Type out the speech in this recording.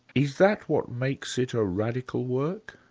is that what makes it a radical work?